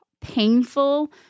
painful